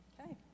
Okay